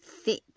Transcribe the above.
thick